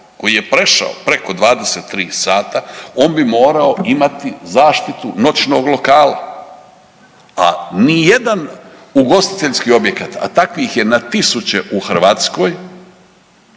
koji je prešao preko 23 sata on bi morao imati zaštitu noćnog lokala, a nijedan ugostiteljski objekat, a takvih je na tisuće u Hrvatskoj